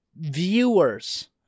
viewers